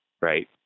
right